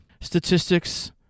statistics